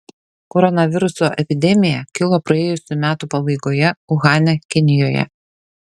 koronaviruso epidemija kilo praėjusių metų pabaigoje uhane kinijoje